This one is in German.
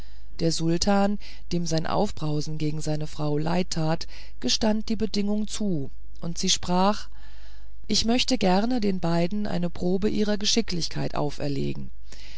der sultan dem sein aufbrausen gegen seine frau leid tat gestand die bedingung zu und sie sprach ich möchte gerne den beiden eine probe ihrer geschicklichkeit auferlegen